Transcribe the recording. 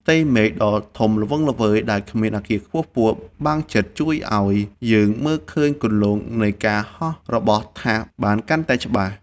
ផ្ទៃមេឃដ៏ធំល្វឹងល្វើយដែលគ្មានអគារខ្ពស់ៗបាំងជិត ជួយឱ្យយើងមើលឃើញគន្លងនៃការហោះរបស់ថាសបានកាន់តែច្បាស់។